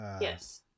Yes